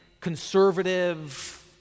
conservative